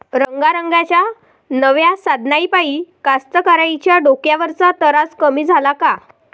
रंगारंगाच्या नव्या साधनाइपाई कास्तकाराइच्या डोक्यावरचा तरास कमी झाला का?